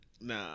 nah